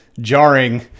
jarring